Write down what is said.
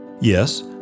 Yes